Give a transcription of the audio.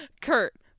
Kurt